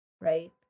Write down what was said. right